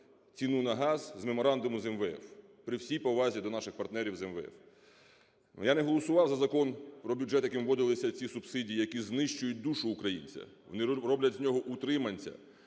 ціну на газ з меморандуму з МВФ, при всій повазі до наших партнерів з МВФ. Я не голосував за Закон про бюджет, яким вводилися ці субсидії, які знищують душу українця. Вони роблять з нього утриманця,